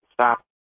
stop